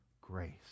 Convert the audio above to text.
grace